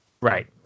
Right